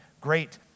great